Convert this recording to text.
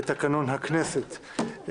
לתקנון הכנסת.